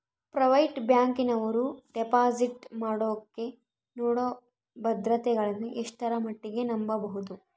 Private ಬ್ಯಾಂಕಿನವರು deposit ಮಾಡೋಕೆ ನೇಡೋ ಭದ್ರತೆಗಳನ್ನು ಎಷ್ಟರ ಮಟ್ಟಿಗೆ ನಂಬಬಹುದು?